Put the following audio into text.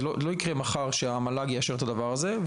זה לא יקרה מחר שהמל"ג יאשר את הדבר הזה,